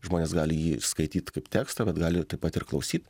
žmonės gali jį skaityt kaip tekstą bet gali taip pat ir klausyt